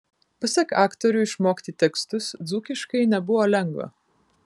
pasak aktorių išmokti tekstus dzūkiškai nebuvo lengva